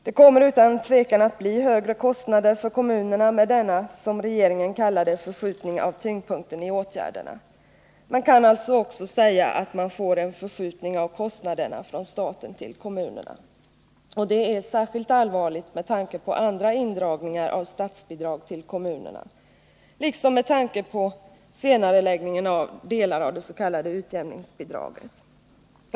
Det kommer utan tvivel att bli högre kostnader för kommunerna med denna, som regeringen kallar det, förskjutning av tyngdpunkten i åtgärderna. Man kan således också säga att man får en förskjutning av kostnaderna från staten till kommunerna. Det är särskilt allvarligt med tanke på andra indragningar av statsbidrag till kommunerna, liksom med tanke på senareläggningen av delar av det s.k. utjämningsbidraget.